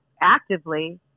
actively